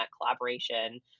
collaboration